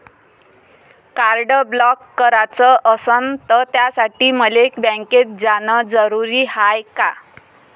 Card block कराच असनं त त्यासाठी मले बँकेत जानं जरुरी हाय का?